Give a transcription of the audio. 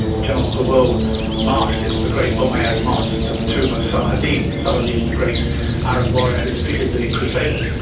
general gouraud marched into the great umayyad mosque to the tomb of saladin, saladin the great arab warrior who defeated the crusaders,